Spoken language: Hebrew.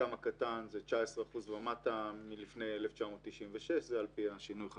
חלקם הקטן זה 19% ומטה מלפני 1996. זה על פי שינוי חקיקתי.